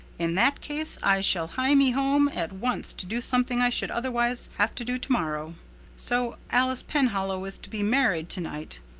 in that case i shall hie me home at once to do something i should otherwise have to do tomorrow so alice penhallow is to be married tonight.